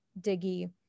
Diggy